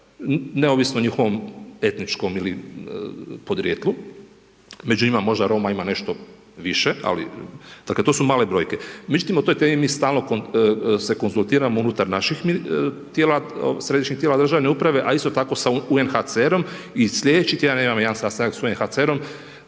neovisno o njihovom etičnom podrijetlu, među njima Roma ima nešto više, ali dakle, to su male brojke. Mi se o toj temi se stalno konzultiramo unutar našeg tijela, središnjeg tijela države uprave, a isto tako i sa UNHCR-om i sljedeći tjedan imamo jedan sastanak sa UNHCER-om